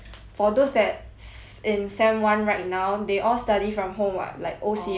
in sem one right now they all study from home what like O_C_L off campus learning